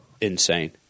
insane